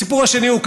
הסיפור השני הוא,